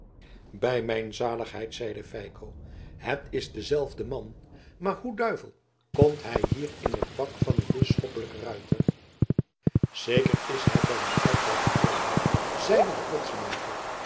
bij mijn zaligheid zeide feiko het is dezelfde man maar hoe duivel komt hij hier in het pak van een bisschoppelijken ruiter zeker is hij bij een uitval gebleven zeide de